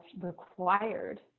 required